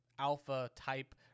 alpha-type